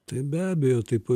tai be abejo taip